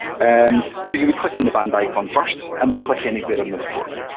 and so you would click on the band icon first, and then click anywhere on the report.